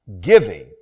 giving